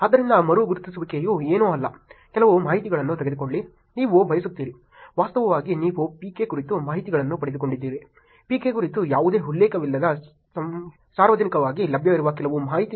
ಆದ್ದರಿಂದ ಮರು ಗುರುತಿಸುವಿಕೆಯು ಏನೂ ಅಲ್ಲ ಕೆಲವು ಮಾಹಿತಿಯನ್ನು ತೆಗೆದುಕೊಳ್ಳಿ ನೀವು ಬಯಸುತ್ತೀರಿ ವಾಸ್ತವವಾಗಿ ನೀವು PK ಕುರಿತು ಮಾಹಿತಿಯನ್ನು ಪಡೆದುಕೊಂಡಿದ್ದೀರಿ PK ಕುರಿತು ಯಾವುದೇ ಉಲ್ಲೇಖವಿಲ್ಲದ ಸಾರ್ವಜನಿಕವಾಗಿ ಲಭ್ಯವಿರುವ ಕೆಲವು ಮಾಹಿತಿಗಳಿವೆ